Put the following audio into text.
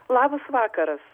labas vakaras